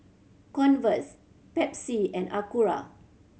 Converse Pepsi and Acura